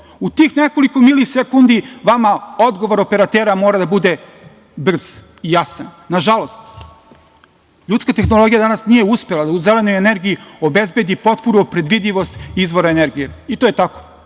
U tih nekoliko milisekundi vama odgovor operatera mora da bude brz i jasan. Nažalost, ljudska tehnologija danas nije uspela u zelenoj energiji obezbedi potpunu predvidljivost izvora energije. To je tako